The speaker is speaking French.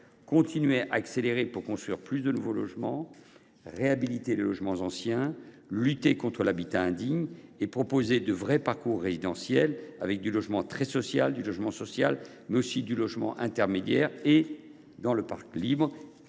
continuer à accélérer pour construire plus de nouveaux logements, réhabiliter les logements anciens, lutter contre l’habitat indigne et proposer de vrais parcours résidentiels comportant des logements très sociaux, des logements sociaux, mais aussi des logements intermédiaires et dans le parc libre.